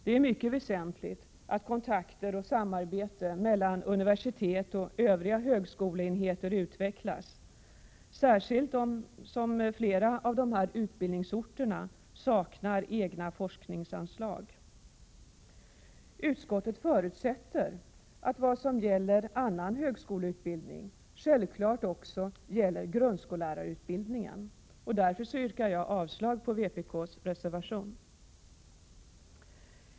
Det är mycket väsentligt att kontakter och samarbete mellan universitet och övriga högskoleenheter utvecklas, särskilt som flera av utbildningsorterna saknar egna forskningsanslag. Utskottet förutsätter att vad som gäller annan högskoleutbildning självfallet också gäller grundskollärarutbildningen. Jag yrkar därför avslag på vpk:s reservation.